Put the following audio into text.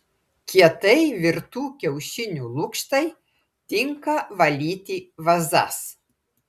kietai virtų kiaušinių lukštai tinka valyti vazas